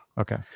Okay